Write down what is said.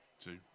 two